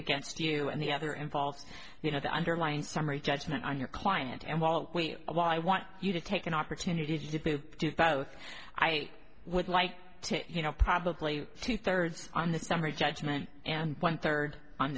against you and the other involves you know the underlying summary judgment on your client and while i want you to take an opportunity to do both i would like to you know probably two thirds on the summary judgment and one third on